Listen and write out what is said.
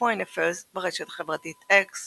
Foreign Affairs, ברשת החברתית אקס